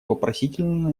вопросительно